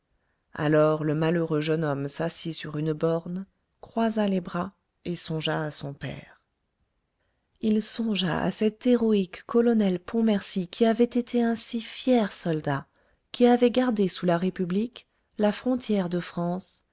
alors le malheureux jeune homme s'assit sur une borne croisa les bras et songea à son père il songea à cet héroïque colonel pontmercy qui avait été un si fier soldat qui avait gardé sous la république la frontière de france